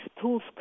tools